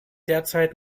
derzeit